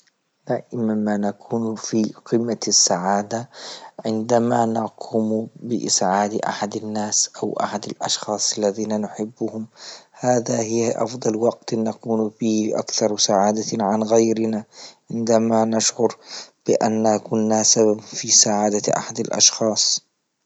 دائما ما نكون في قمة السعادة عندما نقوم بإسعاد أحد الناس أو أحد أشخاص الذين نحبهم، هذه هيا افضل وقت نقوم به أكثر سعادة عن غيرنا، عندما نكر بأن كنا سبب في سعادة أحد الأشخاص.